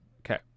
Okay